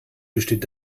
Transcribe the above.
besteht